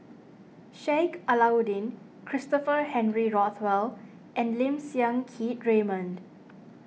Sheik Alau'ddin Christopher Henry Rothwell and Lim Siang Keat Raymond